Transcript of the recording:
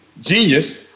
genius